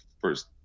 first